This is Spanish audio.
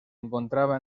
encontraba